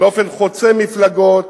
באופן חוצה מפלגות,